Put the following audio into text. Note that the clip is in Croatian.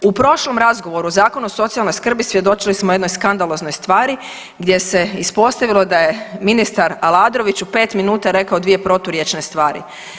U prošlom razgovoru, Zakon o socijalnoj skrbi svjedočili smo o jednoj skandaloznoj stvari gdje se ispostavilo da je ministar Aladrović u pet minuta rekao dvije proturječne stvari.